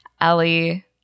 Ellie